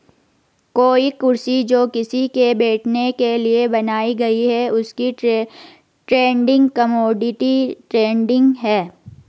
कोई कुर्सी जो किसी के बैठने के लिए बनाई गयी है उसकी ट्रेडिंग कमोडिटी ट्रेडिंग है